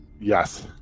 Yes